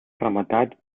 rematat